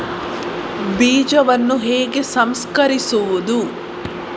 ಬೀಜವನ್ನು ಹೇಗೆ ಸಂಸ್ಕರಿಸುವುದು?